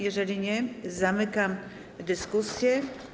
Jeżeli nie, zamykam dyskusję.